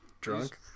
drunk